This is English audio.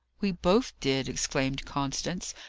we both did, exclaimed constance,